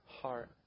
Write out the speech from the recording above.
heart